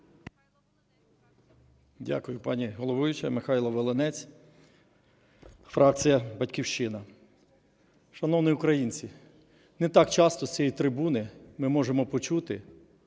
Дякую, пані головуюча. Михайло Волинець, фракція "Батьківщина". Шановні українці, не так часто з цієї трибуни ми можемо почути,